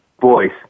voice